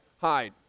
hide